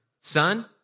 son